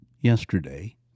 yesterday